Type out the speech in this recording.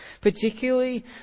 Particularly